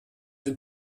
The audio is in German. den